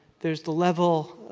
there's the level,